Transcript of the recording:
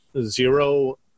Zero